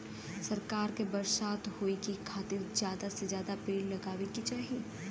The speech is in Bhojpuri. सरकार के बरसात होए के खातिर जादा से जादा पेड़ लगावे के चाही